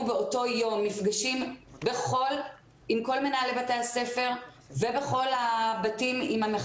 באותו יום מפגשים עם כל מנהלי בתי הספר ועם המחנכים.